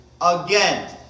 again